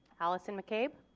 alison mccabe,